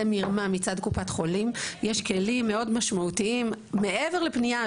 מרמה מצד קופת חולים יש כלים מאוד משמעותיים מעבר לפנייה,